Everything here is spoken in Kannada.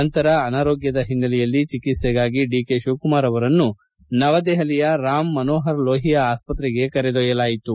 ನಂತರ ಅನಾರೋಗ್ದದ ಒನ್ನೆಲೆಯಲ್ಲಿ ಚಿಕಿತ್ಸೆಗಾಗಿ ಡಿಕೆ ಶಿವಕುಮಾರ್ ಅವರನ್ನು ನವದೆಪಲಿಯ ರಾಮ್ ಮನೋಪರ್ ಲೋಹಿಯಾ ಆಸ್ತತ್ರೆಗೆ ಕರೆದೊಯ್ಯಲಾಯಿತು